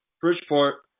Bridgeport